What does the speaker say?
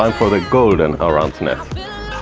um for the golden around the net!